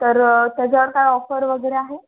तर त्याच्यावर काय ऑफर वगैरे आहे